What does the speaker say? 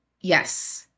Yes